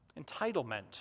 entitlement